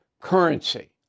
currency